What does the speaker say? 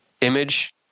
image